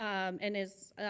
um and is,